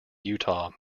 utah